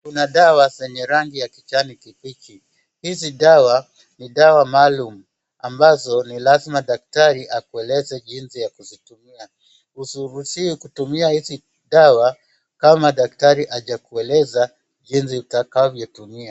Kuna dawa zenye rangi ya kijani kimbichi. Hizi ni dawa maalum ambazo ni lazima daktari akueleze jinsi ya kuzitumia. Huruhusiwi kutumia hizi dawa kama daktari hajakueleza jinsi utakavyo tumia.